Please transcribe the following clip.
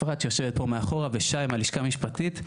אפרת ושי מהלשכה המשפטית.